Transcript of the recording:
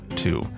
two